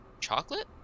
Chocolate